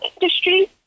industry